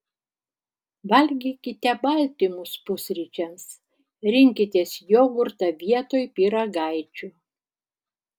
valgykite baltymus pusryčiams rinkitės jogurtą vietoj pyragaičių